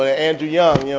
ah andrew young, yeah